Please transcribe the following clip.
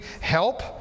help